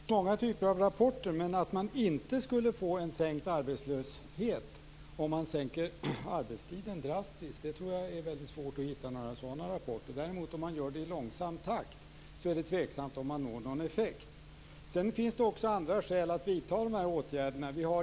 Herr talman! Det är nog bra med rapporter, men jag tror att det är väldigt svårt att hitta några sådana som säger att man inte skulle få en sänkt arbetslöshet vid en drastisk sänkning av arbetstiden. Om man sänker arbetstiden i långsam takt är det däremot tveksamt om man når någon effekt. Det finns också andra skäl att vidta sådana här åtgärder.